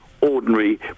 ordinary